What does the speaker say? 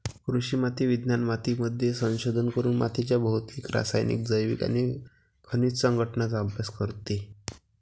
कृषी माती विज्ञान मातीमध्ये संशोधन करून मातीच्या भौतिक, रासायनिक, जैविक आणि खनिज संघटनाचा अभ्यास करते